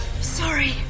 sorry